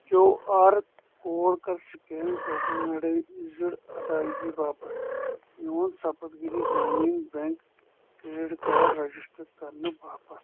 Q R code کَر scan tokenized ادٲیگی باپتھ میون Saptagiri Grameen bank credit card register کرنہٕ باپتھ